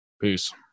Peace